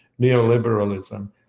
neoliberalism